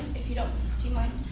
if you don't do you mind?